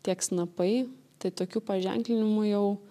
tiek snapai tai tokių paženklinimų jau